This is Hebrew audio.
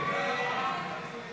נצביע על הסתייגות 45 כעת.